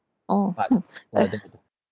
oh hmm uh